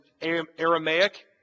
Aramaic